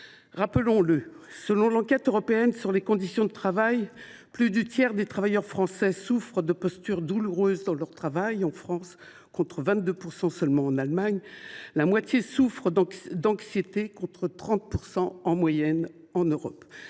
Rappelons le, selon l’enquête européenne sur les conditions de travail, plus du tiers des travailleurs français souffrent de postures douloureuses dans leur travail, contre 22 % seulement en Allemagne. Par ailleurs, la moitié des travailleurs souffrent d’anxiété contre 30 % en moyenne en Europe.